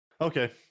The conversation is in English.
Okay